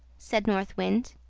said north wind.